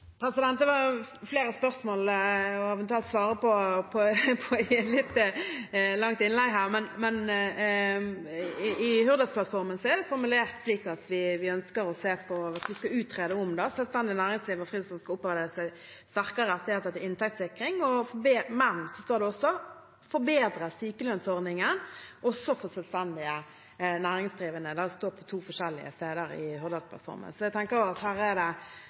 Det var flere spørsmål – som jeg eventuelt kunne svart på i et langt innlegg. I Hurdalsplattformen er det formulert slik at vi skal «utrede om selvstendig næringsdrivende og frilansere skal opparbeide seg sterkere rettigheter til inntektssikring». Det står også at vi vil «forbedre sykelønnsordningen, også for selvstendig næringsdrivende». Det står på to forskjellige steder i Hurdalsplattformen. Jeg tenker at det er både–og, for å si det